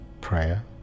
prayer